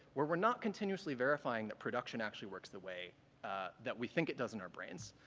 where we're not continuously verifying that production actually works the way that we think it does in our brains.